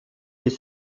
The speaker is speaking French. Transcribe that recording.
des